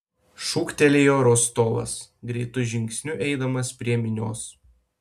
šūktelėjo rostovas greitu žingsniu eidamas prie minios